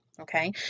okay